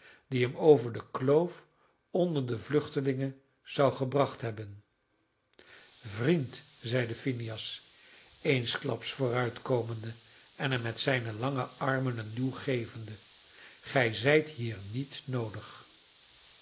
die hem over de kloof onder de vluchtelingen zou gebracht hebben vriend zeide phineas eensklaps vooruitkomende en hem met zijne lange armen een duw gevende gij zijt hier niet noodig